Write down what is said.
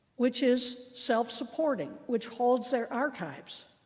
which is self-supporting, which holds their archives.